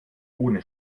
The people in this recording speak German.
ohne